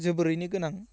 जोबोरैनो गोनां